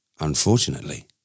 Unfortunately